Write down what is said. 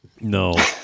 No